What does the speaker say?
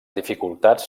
dificultats